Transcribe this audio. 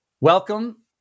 welcome